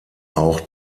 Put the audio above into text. auch